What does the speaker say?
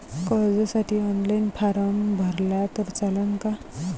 कर्जसाठी online form भरला तर चालन का?